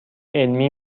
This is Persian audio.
علمی